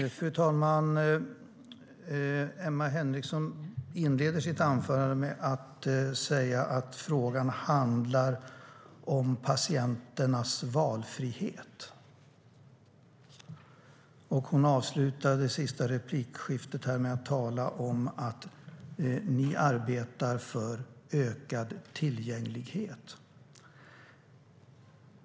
Fru talman! Emma Henriksson inledde sitt anförande med att säga att frågan handlar om patienternas valfrihet. Hon avslutade det förra replikskiftet med att tala om att hennes parti arbetar för ökad tillgänglighet.